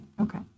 Okay